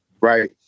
Right